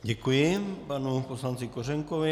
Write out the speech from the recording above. Děkuji panu poslanci Kořenkovi.